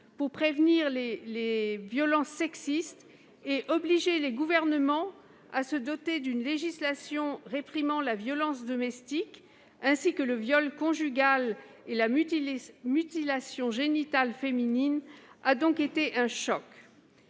pour prévenir les violences sexistes et obliger les gouvernements à se doter d'une législation réprimant la violence domestique, ainsi que le viol conjugal et la mutilation génitale féminine, a été un